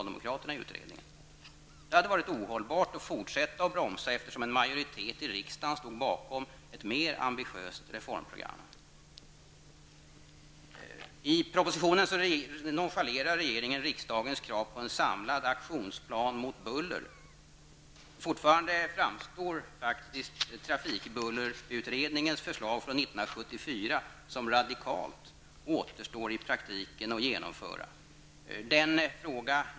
Det hade varit ohållbart att fortsätta att bromsa, eftersom en majoritet i riksdagen stod bakom ett mer ambitiöst reformprogram. Trafikbullerutredningens förslag från 1974 framstår fortfarande som radikalt och återstår i praktiken att genomföra.